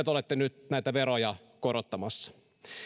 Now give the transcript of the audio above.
te olette nyt näitä veroja korottamassa